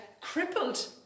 crippled